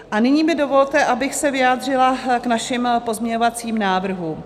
A nyní mi dovolte, abych se vyjádřila k našim pozměňovacím návrhům.